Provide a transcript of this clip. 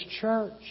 church